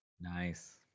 Nice